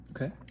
Okay